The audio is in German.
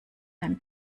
einen